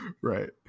Right